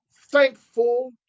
thankful